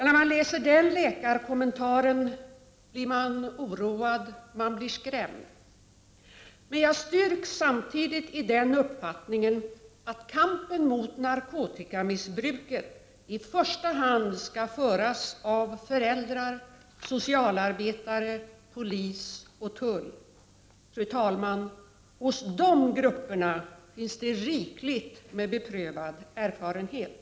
När man läser den läkarkommentaren blir man oroad och skrämd. Men jag styrks samtidigt i den uppfattningen att kampen mot narkotikamissbruket i första hand skall föras av föräldrar, socialarbetare, polis och tull. Fru talman! Hos de grupperna finns det rikligt med beprövad erfarenhet.